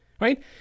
Right